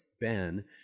ben